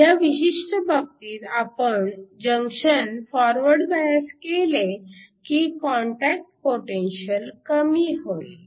ह्या विशिष्ट बाबतीत आपण जंक्शन फॉरवर्ड बायस केले की काँटॅक्ट पोटेन्शिअल कमी होईल